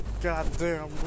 goddamn